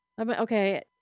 Okay